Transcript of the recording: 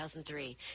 2003